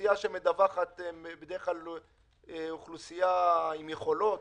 אוכלוסייה שמדווחת היא בדרך כלל אוכלוסייה עם יכולות,